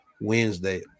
Wednesday